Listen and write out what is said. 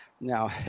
Now